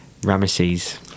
Ramesses